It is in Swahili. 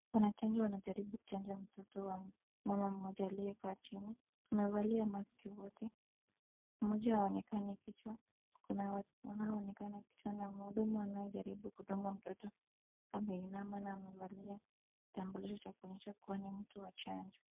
Wanachanjo wanajaribu kuchanja mtoto wa mama mmoja aliyekaa chini. Wamevalia maski wote. Mmoja haonekani kichwa .Kuna wanaoonekana kichwa na mhudumu anayejaribu kudunga mtoto, ameinama na amevalia kitambulisho cha kuonyesha kuwa ni mtu wa chanjo.